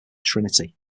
trinity